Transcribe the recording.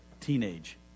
teenage